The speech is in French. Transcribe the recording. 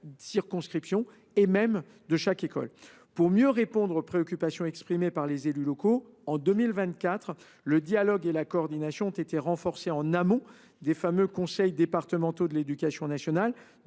circonscription, et même de chaque école. Pour mieux répondre aux préoccupations exprimées par les élus locaux, en 2024, le dialogue et la coordination ont été renforcés en amont des fameux conseils départementaux de l’éducation nationale